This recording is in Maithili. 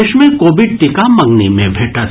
देश मे कोविड टीका मंगनी मे भेटत